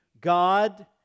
God